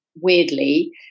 weirdly